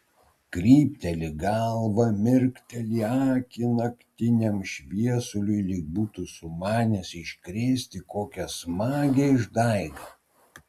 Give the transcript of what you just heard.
krypteli galvą mirkteli akį naktiniam šviesuliui lyg būtų sumanęs iškrėsti kokią smagią išdaigą